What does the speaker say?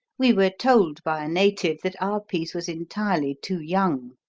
we were told by a native that our piece was entirely too young.